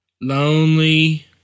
lonely